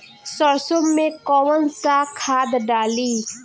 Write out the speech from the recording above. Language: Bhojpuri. सरसो में कवन सा खाद डाली?